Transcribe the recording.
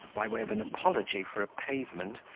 by way of an apology for a pavement,